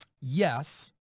Yes